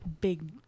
Big